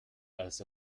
als